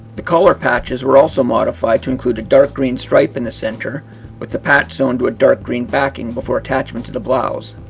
the collar patches were also modified to include a dark green stripe in the center with the patch sewn to a dark green backing before attachment to the blouse.